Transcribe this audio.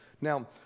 Now